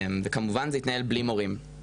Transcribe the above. וכמובן זה התנהל בלי מורים.